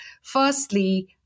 Firstly